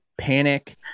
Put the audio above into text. Panic